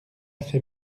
fait